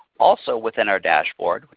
also within our dashboard,